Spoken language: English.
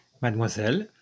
mademoiselle